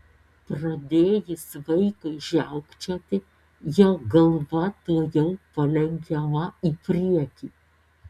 pradėjus vaikui žiaukčioti jo galva tuojau palenkiama į priekį